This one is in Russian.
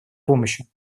помощи